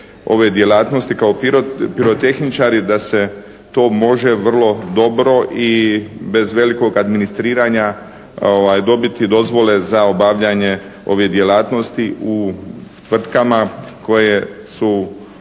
ove djelatnosti kao pirotehničari da se to može vrlo dobro i bez velikog administriranja dobiti dozvole za obavljanje ovih djelatnosti u tvrtkama koje su